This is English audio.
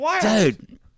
dude